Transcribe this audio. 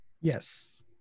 Yes